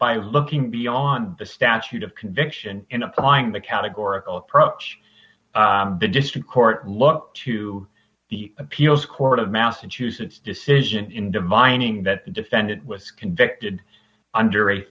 by looking beyond the statute of conviction in applying the categorical approach the district court looked to the appeals court of massachusetts decision in demining that the defendant was convicted under a